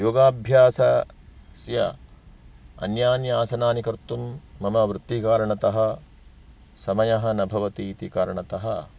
योगाभ्यासस्य अन्यानि आसनानि कर्तुं मम वृत्तिकारणतः समयः न भवति इति कारणतः